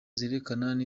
zerekana